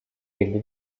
jakby